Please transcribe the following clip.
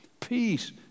Peace